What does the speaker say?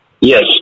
Yes